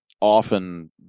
often